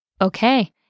Okay